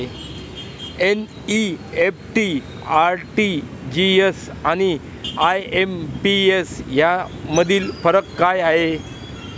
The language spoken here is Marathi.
एन.इ.एफ.टी, आर.टी.जी.एस आणि आय.एम.पी.एस यामधील फरक काय आहे?